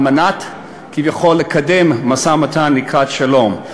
על מנת כביכול לקדם משא-ומתן לקראת שלום.